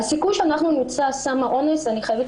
הסיכוי שאנחנו נמצא סם אונס אני חייבת